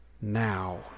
now